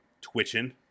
Twitching